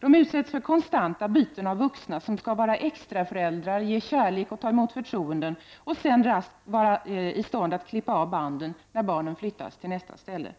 De utsätts för konstanta byten av vuxna som skall vara extraföräldrar, ge kärlek och ta emot förtroenden och sedan raskt klippa av banden när barnet flyttas till nästa ställe.